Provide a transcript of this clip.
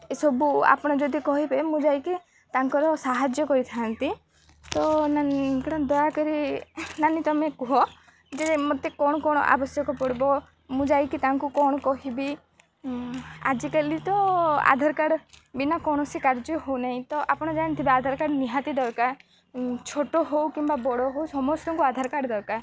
ଏସବୁ ଆପଣ ଯଦି କହିବେ ମୁଁ ଯାଇକି ତାଙ୍କର ସାହାଯ୍ୟ କରିଥାନ୍ତି ତ ଆପଣ ଦୟାକରି ନାନୀ ତୁମେ କୁହ ଯେ ମୋତେ କ'ଣ କ'ଣ ଆବଶ୍ୟକ ପଡ଼ିବ ମୁଁ ଯାଇକି ତାଙ୍କୁ କ'ଣ କହିବି ଆଜିକାଲି ତ ଆଧାର କାର୍ଡ଼୍ ବିନା କୌଣସି କାର୍ଯ୍ୟ ହେଉ ନାହିଁ ତ ଆପଣ ଜାଣିଥିବେ ଆଧାର କାର୍ଡ଼୍ ନିହାତି ଦରକାର ଛୋଟ ହେଉ କିମ୍ବା ବଡ଼ ହେଉ ସମସ୍ତଙ୍କୁ ଆଧାର କାର୍ଡ଼୍ ଦରକାର